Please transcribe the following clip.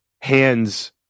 hands